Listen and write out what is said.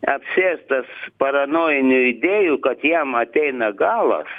apsėstas paranojinių idėjų kad jam ateina galas